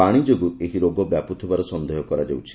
ପାଣି ଯୋଗୁଁ ଏହି ରୋଗ ବ୍ୟାପୁଥିବାର ସନେହ କରାଯାଉଛି